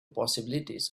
possibilities